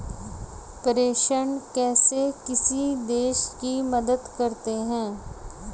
प्रेषण कैसे किसी देश की मदद करते हैं?